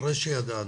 אחרי שידענו,